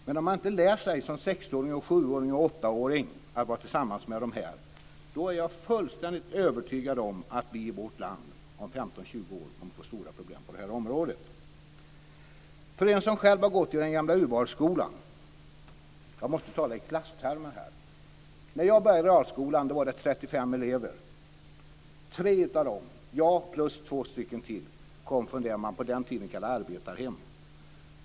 Men om man som sex-, sju eller åttaåring inte lär sig att vara tillsammans med dessa barn är jag fullständigt övertygad om att vi i vårt land om 15-20 år kommer att få stora problem på det här området. Jag har själv gått i den gamla urvalsskolan. Jag måste tala i klasstermer här. När jag började i realskolan var vi 35 elever. Tre av dem - jag plus två till - kom från det man på den tiden kallade arbetarhem.